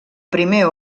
primer